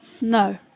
No